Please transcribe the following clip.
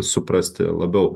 suprasti labiau